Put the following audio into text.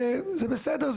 וזה בסדר,